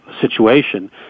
situation